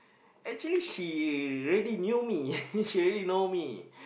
actually she already knew me she already know me